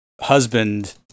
husband